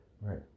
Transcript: Right